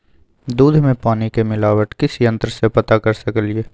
दूध में पानी के मिलावट किस यंत्र से पता कर सकलिए?